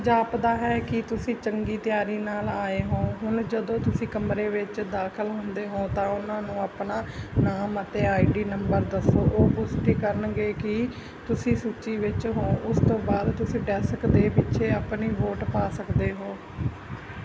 ਜਾਪਦਾ ਹੈ ਕਿ ਤੁਸੀਂ ਚੰਗੀ ਤਿਆਰੀ ਨਾਲ ਆਏ ਹੋ ਹੁਣ ਜਦੋਂ ਤੁਸੀਂ ਕਮਰੇ ਵਿੱਚ ਦਾਖ਼ਲ ਹੁੰਦੇ ਹੋ ਤਾਂ ਉਨ੍ਹਾਂ ਨੂੰ ਆਪਣਾ ਨਾਮ ਅਤੇ ਆਈ ਡੀ ਨੰਬਰ ਦੱਸੋ ਉਹ ਪੁਸ਼ਟੀ ਕਰਨਗੇ ਕਿ ਤੁਸੀਂ ਸੂਚੀ ਵਿੱਚ ਹੋ ਉਸ ਤੋਂ ਬਾਅਦ ਤੁਸੀਂ ਡੈਸਕ ਦੇ ਪਿੱਛੇ ਆਪਣੀ ਵੋਟ ਪਾ ਸਕਦੇ ਹੋ